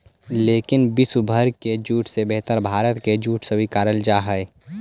लेकिन विश्व भर के जूट से बेहतर भारत के जूट स्वीकारल जा हइ